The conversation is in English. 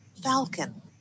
Falcon